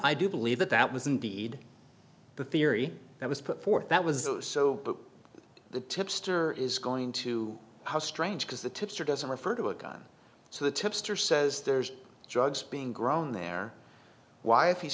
i do believe that that was indeed the theory that was put forth that was so but the tipster is going to how strange because the tipster doesn't refer to a gun so the tipster says there's drugs being grown there why if he's